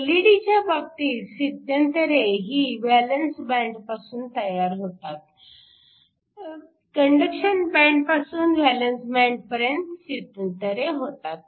LED च्या बाबतीत स्थित्यंतरे ही व्हॅलेंस बँडपासून होतात कंडक्शन बँडपासून व्हॅलन्स बँडपर्यंत स्थित्यंतरे होतात